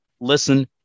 listen